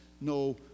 no